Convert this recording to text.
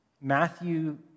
Matthew